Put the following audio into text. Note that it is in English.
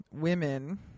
women